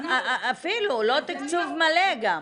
אפילו, גם לא תקצוב מלא.